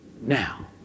Now